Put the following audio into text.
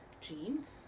jeans